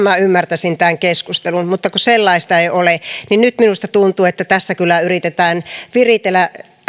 minä ymmärtäisin tämän keskustelun mutta kun sellaista ei ole niin nyt minusta tuntuu että tässä kyllä yritetään viritellä